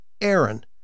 Aaron